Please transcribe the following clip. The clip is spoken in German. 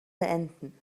beenden